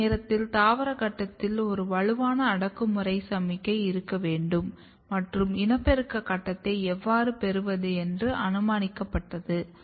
அந்த நேரத்தில் தாவர கட்டத்தில் ஒரு வலுவான அடக்குமுறை சமிக்ஞை இருக்க வேண்டும் மற்றும் இனப்பெருக்க கட்டத்தை எவ்வாறு பெறுவது என்றும் அனுமானிக்கப்பட்டது